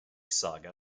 saga